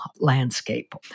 landscape